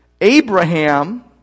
Abraham